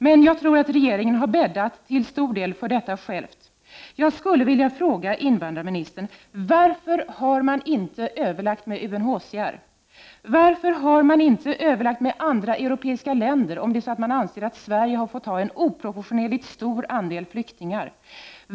Men jag tror att regeringen till stor del har bäddat för detta själv. Jag skulle vilja fråga invandrarministern: Varför har man inte överlagt med UNHCR? Varför har man inte överlagt med andra europeiska länder, om man anser att Sverige har fått ta en oproportionerligt stor andel flyktingar?